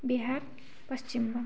Bihar Paschimbanga